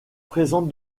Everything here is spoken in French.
présente